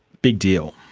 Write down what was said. big deal.